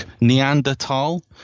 Neanderthal